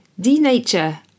denature